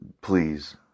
please